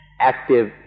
active